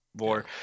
more